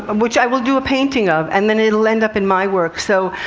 um which i will do a painting of, and then it will end up in my work. so,